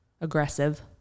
aggressive